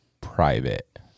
private